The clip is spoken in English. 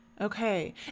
Okay